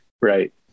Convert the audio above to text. Right